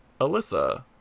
Alyssa